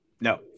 No